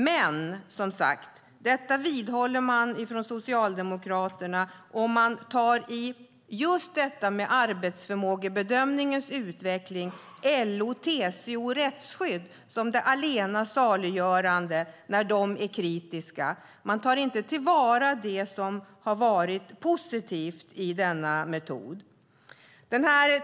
Men detta vidhåller man, som sagt, från Socialdemokraterna. I fråga om just arbetsförmågebedömningens utveckling tar man LO-TCO Rättsskydd som det allena saliggörande när de är kritiska. Man tar inte till vara det som har varit positivt i denna metod.